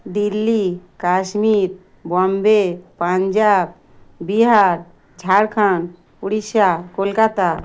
Delhi Kashmir Bombay Punjab Bihar Jharkhand Orissa Kolkata